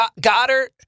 Goddard